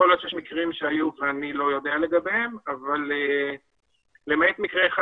יכול להיות שיש מקרים שהיו ואני לא יודע לגביהם אבל למעט מקרה אחד